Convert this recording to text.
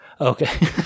Okay